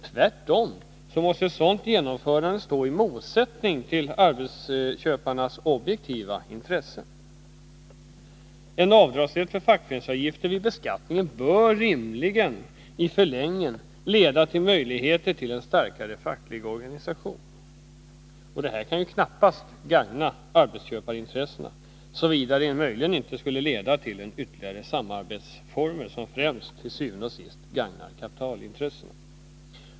Tvärtom står ett sådant genomförande i motsättning till arbetsköparnas objektiva intressen. En avdragsrätt för fackföreningsavgifter vid beskattningen bör rimligen i förlängningen leda till möjligheter till en starkare facklig organisation. Detta kan knappast gagna arbetsköparintresset, såvida det inte leder till ytterligare samarbetsformer som främst till syvende og sidst gagnar kapitalintressena.